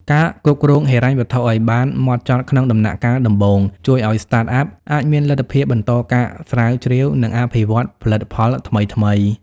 ការគ្រប់គ្រងហិរញ្ញវត្ថុឱ្យបានម៉ត់ចត់ក្នុងដំណាក់កាលដំបូង ជួយឱ្យ Startup អាចមានលទ្ធភាពបន្តការស្រាវជ្រាវ និងអភិវឌ្ឍន៍ផលិតផលថ្មីៗ។